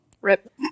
Rip